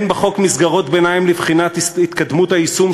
אין בחוק מסגרות ביניים לבחינת התקדמות היישום